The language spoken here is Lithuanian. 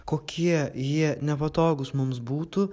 kokie jie nepatogūs mums būtų